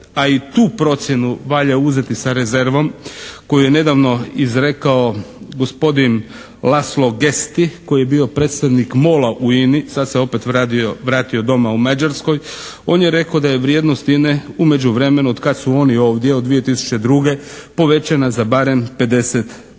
a i tu procjenu valja uzeti sa rezervom koju je nedavno izrekao gospodin Laslo Gesti koji je bio predstojnik MOL-a u INA-i, sad se opet vratio doma u Mađarskoj. On je rekao da je vrijednost INA-e u međuvremenu otkad su oni ovdje, od 2002., povećana za barem 50%.